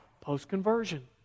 post-conversion